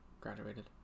graduated